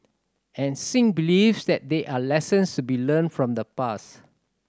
and Singh believes that there are lessons to be learnt from the past